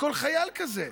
לכל חייל כזה,